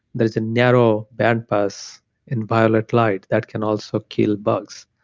there is a narrow band pass in violet light that can also kill bugs.